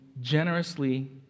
generously